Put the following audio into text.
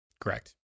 Correct